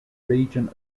region